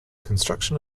construction